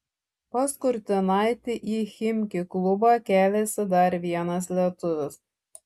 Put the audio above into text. pas kurtinaitį į chimki klubą keliasi dar vienas lietuvis